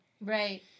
Right